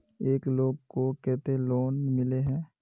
एक लोग को केते लोन मिले है?